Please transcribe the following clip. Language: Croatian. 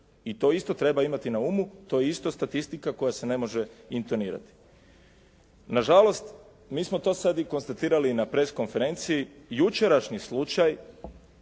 I to isto treba imati na umu, to je isto statistika koja se ne može intonirati. Nažalost, mi smo to sad i konstatirali na press konferenciji, jučerašnji slučaj